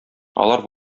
алар